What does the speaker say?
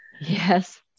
Yes